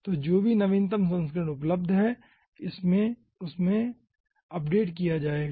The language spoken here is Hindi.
तो जो भी नवीनतम संस्करण उपलब्ध है इसे उसमें अपग्रेड किया जाएगा